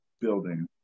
building